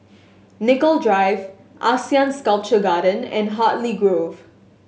Nicoll Drive ASEAN Sculpture Garden and Hartley Grove